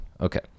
Okay